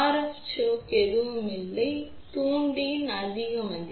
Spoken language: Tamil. எஃப் சாக் எதுவும் இல்லை ஆனால் தூண்டியின் அதிக மதிப்பு